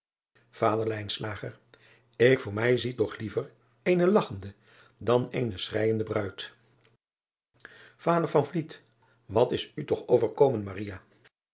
ader k voor mij zie toch liever eene lagchende dan eene schreijende bruid ader at is u toch overgekomen